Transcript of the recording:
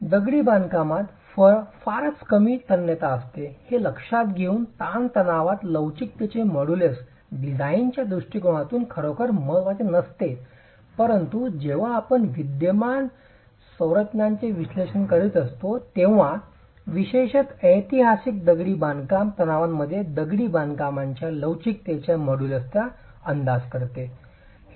दगडी बांधकामात फारच कमी तन्यता असते हे लक्षात घेऊन ताणतणावात लवचिकतेचे मॉड्यूलक डिझाईनच्या दृष्टीकोनातून खरोखर महत्वाचे नसते परंतु जेव्हा आपण विद्यमान संरचनांचे विश्लेषण करीत असतो तेव्हा विशेषत ऐतिहासिक दगडी बांधकाम तणावामध्ये दगडी बांधकामाच्या लवचिकतेच्या मॉड्यूलसचा अंदाज करते